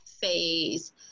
phase